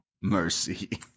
mercy